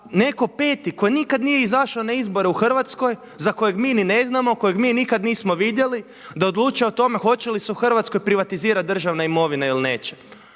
netko peti ko nikada nije izašao na izbore u Hrvatskoj, za kojeg mi ni ne znamo, kojeg mi nikad nismo vidjeli da odlučuje o tome hoće li se u Hrvatskoj privatizirati državna imovine ili neće?